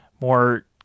more